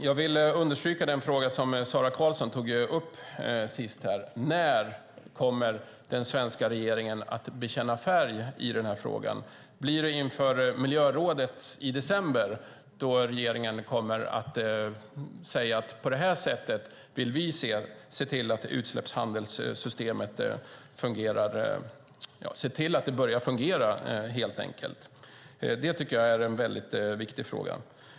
Jag vill understryka den fråga som Sara Karlsson tog upp på slutet. När kommer den svenska regeringen att bekänna färg i den här frågan? Blir det inför miljörådet i december som man från regeringen kommer att säga på vilket sätt man vill se till att utsläppshandelssystemet börjar fungera? Det tycker jag är en väldigt viktig fråga.